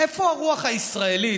איפה הרוח הישראלית?